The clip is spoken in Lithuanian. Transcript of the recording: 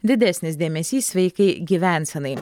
didesnis dėmesys sveikai gyvensenai